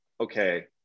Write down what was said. okay